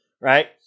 right